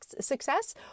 success